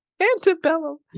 antebellum